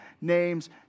name's